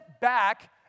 back